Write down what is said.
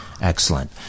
Excellent